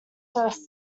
first